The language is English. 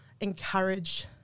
encourage